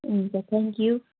हुन्छ thank you